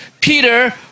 Peter